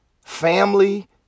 family